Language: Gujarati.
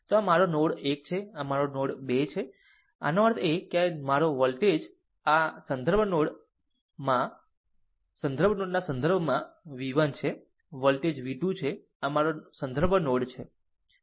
તો આ મારો નોડ 1 છે આ મારો નોડ 2 છે આનો અર્થ એ કે આ મારો વોલ્ટેજ આ સંદર્ભ નોડ ના સંદર્ભમાં v 1 છે આ વોલ્ટેજ v 2 છે આ મારો સંદર્ભ નોડ છે